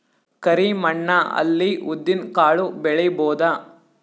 ಕರಿ ಮಣ್ಣ ಅಲ್ಲಿ ಉದ್ದಿನ್ ಕಾಳು ಬೆಳಿಬೋದ?